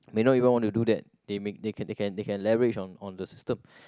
may not even want to do that they make they can they can leverage on on the system